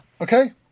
Okay